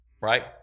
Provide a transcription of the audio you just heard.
Right